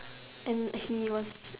and he was